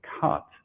cut